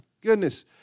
goodness